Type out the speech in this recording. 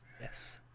Yes